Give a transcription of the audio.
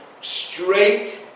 straight